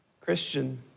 Christian